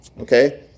Okay